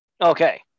Okay